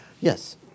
Yes